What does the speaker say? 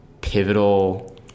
pivotal